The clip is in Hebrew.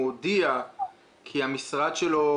הוא הודיע כי המשרד שלו,